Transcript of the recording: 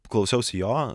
klausiausi jo